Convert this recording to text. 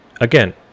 again